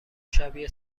شبیه